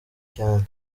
cyane